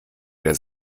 der